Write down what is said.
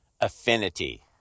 affinity